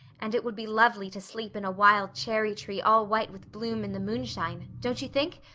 and it would be lovely to sleep in a wild cherry-tree all white with bloom in the moonshine, don't you think?